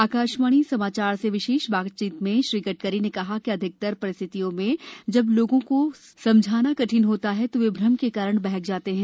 आकाशवाणी समाचार से विशेष बातचीत में श्री गडकरी ने कहा कि अधिकतर परिस्थितियों में जब लोगों को समझाना कठिन होता है तो वे भ्रम के कारण बहक जाते हैं